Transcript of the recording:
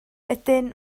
ydyn